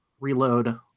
reload